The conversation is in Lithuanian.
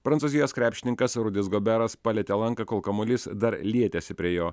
prancūzijos krepšininkas rudis goberas palietė lanką kol kamuolys dar lietėsi prie jo